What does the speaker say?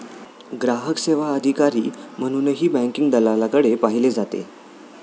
ग्राहक सेवा अधिकारी म्हणूनही बँकिंग दलालाकडे पाहिले जाते